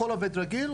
הכל עובד רגיל,